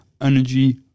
Energy